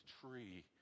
tree